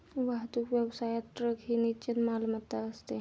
वाहतूक व्यवसायात ट्रक ही निश्चित मालमत्ता असते